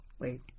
Wait